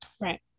Right